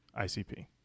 ICP